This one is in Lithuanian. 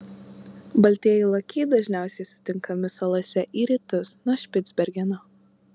baltieji lokiai dažniausiai sutinkami salose į rytus nuo špicbergeno